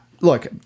look